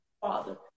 father